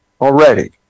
Already